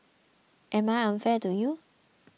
am I unfair to you